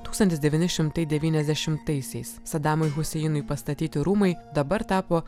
tūkstantis devyni šimtai devyniasdešimtaisiais sadamui huseinui pastatyti rūmai dabar tapo